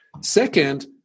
second